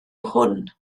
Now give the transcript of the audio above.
hwn